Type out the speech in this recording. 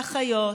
באחיות,